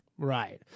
Right